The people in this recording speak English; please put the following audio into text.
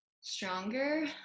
stronger